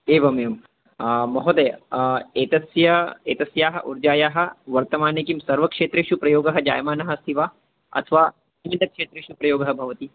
एवम् एवं महोदय एतस्य एतस्याः ऊर्जायाः वर्तमाने किं सर्वक्षेत्रेषु प्रयोगः जायमानः अस्ति वा अथवा किञ्चित् क्षेत्रेषु प्रयोगः भवति